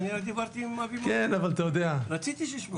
אני אשאל אחרת,